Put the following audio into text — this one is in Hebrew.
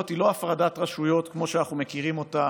היא לא הפרדת רשויות כמו שאנחנו מכירים אותה